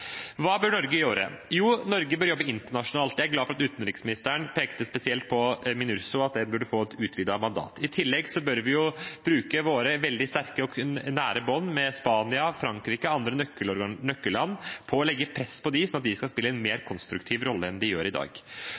Hva bør Norge gjøre? Jo, Norge bør jobbe internasjonalt. Jeg er glad for at utenriksministeren pekte spesielt på MINURSO, at det burde få et utvidet mandat. I tillegg bør vi bruke våre veldig sterke og nære bånd til Spania, Frankrike og andre nøkkelland, og legge press på dem, slik at de skal spille en mer konstruktiv rolle enn de gjør i dag.